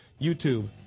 YouTube